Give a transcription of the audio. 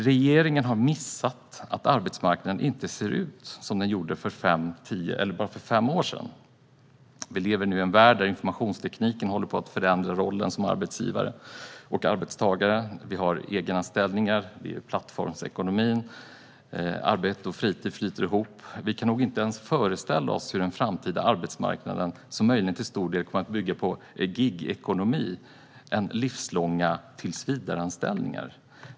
Regeringen har missat att arbetsmarknaden inte ser ut som den gjorde för femtio eller bara fem år sedan. Vi lever nu i en värld där informationstekniken håller på att förändra rollerna som arbetsgivare och arbetstagare. Vi har egenanställningar och plattformsekonomi. Arbete och fritid flyter ihop. Vi kan nog inte ens föreställa oss den framtida arbetsmarknaden, som möjligen till stor del kommer att bygga mer på gig-ekonomi än på livslånga tillsvidareanställningar.